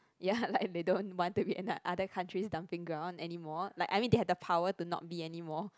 ya like they don't want to be ano~ other countries dumping ground anymore like I mean they have the power to not be anymore